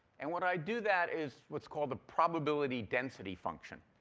and what i do that is what's called the probability density function.